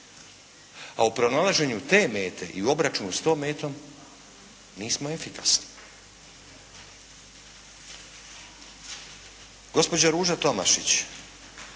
A u pronalaženju te mete i u obračunu s tom metom, nismo efikasni. Gospođa Ruža Tomašić,